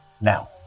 Now